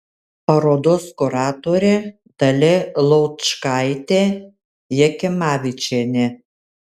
parodos kuratorė dalia laučkaitė jakimavičienė